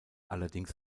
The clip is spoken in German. allerdings